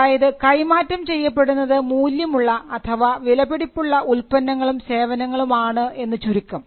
അതായത് കൈമാറ്റം ചെയ്യപ്പെടുന്നത് മൂല്യമുള്ള അഥവാ വിലപിടിപ്പുള്ള ഉല്പന്നങ്ങളും സേവനങ്ങളും ആണ് എന്ന് ചുരുക്കം